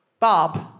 Bob